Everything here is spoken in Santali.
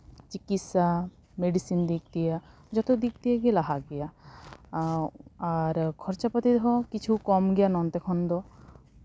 ᱪᱤᱠᱤᱥᱥᱟ ᱢᱮᱰᱤᱥᱤᱱ ᱫᱤᱠ ᱫᱤᱭᱮ ᱡᱚᱛᱚ ᱫᱤᱠ ᱫᱤᱭᱮᱜᱮ ᱞᱟᱦᱟ ᱜᱮᱭᱟ ᱟᱨ ᱠᱷᱚᱨᱪᱟᱯᱟᱹᱛᱤ ᱦᱚᱸ ᱠᱤᱪᱷᱩ ᱠᱚᱢ ᱜᱮᱭᱟ ᱱᱚᱱᱛᱮ ᱠᱷᱚᱱ ᱫᱚ